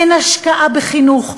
אין השקעה בחינוך,